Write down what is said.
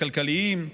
הכלכליים,